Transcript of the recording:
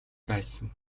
байсан